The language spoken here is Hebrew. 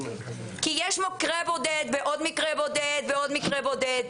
כי יש מקרה בודד ועוד מקרה בודד ועוד מקרה בודד,